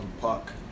Puck